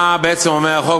מה בעצם אומר החוק?